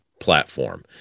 Platform